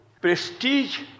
prestige